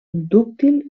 dúctil